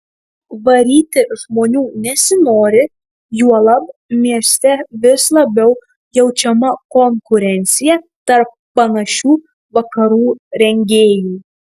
varyti žmonių nesinori juolab mieste vis labiau jaučiama konkurencija tarp panašių vakarų rengėjų